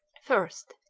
first.